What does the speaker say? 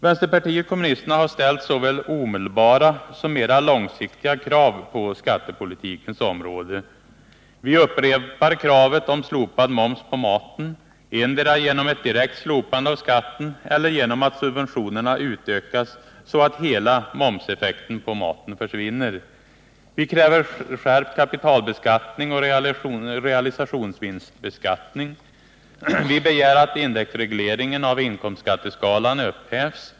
Vänsterpartiet kommunisterna har ställt såväl omedelbara som mera långsiktiga krav på skattepolitikens område. Vi upprepar kravet på slopad moms på maten, endera genom ett direkt slopande av skatten eller genom att subventionerna utökas, så att hela momseffekten på maten försvinner. Vi kräver skärpt kapitalbeskattning och realisationsvinstbeskattning. "Vi begär att indexregleringen av inkomstskatteskalan upphävs.